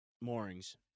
moorings